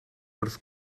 wrth